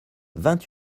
vingt